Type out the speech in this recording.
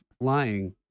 lying